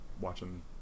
watching